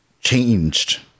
changed